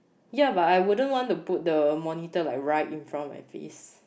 ya but I wouldn't want to put the monitor like right in front of my face